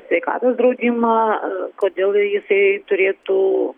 sveikatos draudimą kodėl jisai turėtų